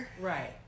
right